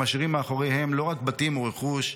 משאירים מאחוריהם לא רק בתים או רכוש,